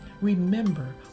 Remember